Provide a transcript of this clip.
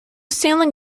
sailing